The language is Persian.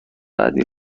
بعدی